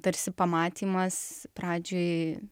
tarsi pamatymas pradžioj